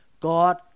God